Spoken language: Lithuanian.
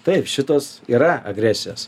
taip šitos yra agresijos